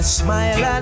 smile